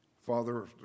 father